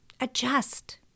Adjust